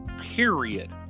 Period